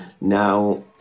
Now